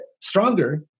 stronger